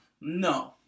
No